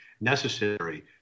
necessary